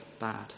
bad